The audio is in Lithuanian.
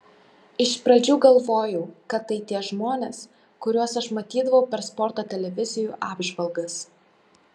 iš pradžių galvojau kad tai tie žmonės kuriuos aš matydavau per sporto televizijų apžvalgas